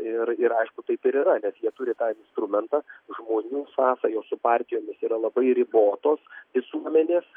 ir ir aišku taip ir yra nes jie turi tą instrumentą žmonių sąsajos su partijomis yra labai ribotos visuomenės